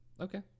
Okay